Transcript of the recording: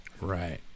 Right